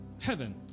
heaven